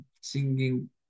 singing